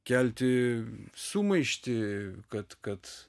kelti sumaištį kad kad